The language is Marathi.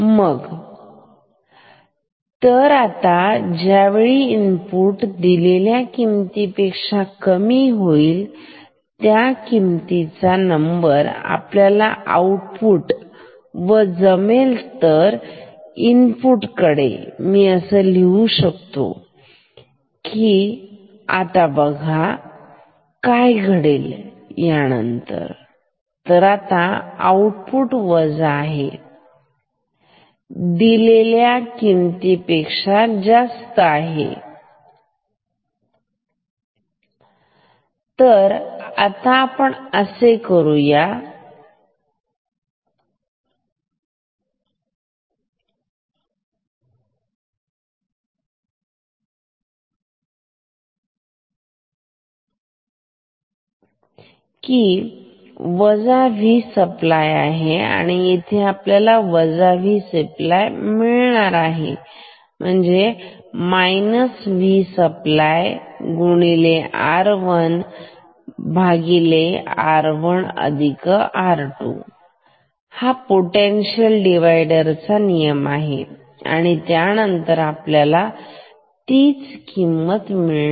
मग तर तर आता ज्यावेळी इनपुट दिलेल्या किमतीपेक्षा कमी होईलघ्या किमतीचा नंतर आपल्याला आउटपुट व जमेल तर आता मी असे लिहू शकतो आता आउटपुट आहे तर आता बघूया काय घडेल यानंतर तर आता आउटपुट वजा आहे आणि तीन फूट दिलेल्या किमतीपेक्षा जास्त होत आहे तर आता आपण असे करू की हे V सप्लाय आहे आणि इथे आपल्याला वजा V सप्लाय मिळेल Vsupply R1R1R2 पोटेन्शिअल डिव्हायडर चा नियम आहे आणि त्यानंतर आपल्याला तीच किंमत इथे मिळेल